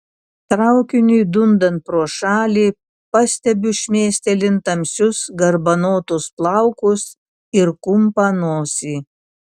traukiniui dundant pro šalį pastebiu šmėstelint tamsius garbanotus plaukus ir kumpą nosį